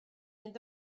mynd